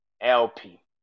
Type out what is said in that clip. LP